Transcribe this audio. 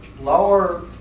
lower